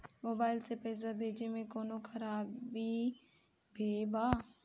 Mobile से पैसा भेजे मे कौनों खतरा भी बा का?